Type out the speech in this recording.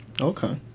Okay